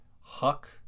Huck